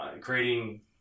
creating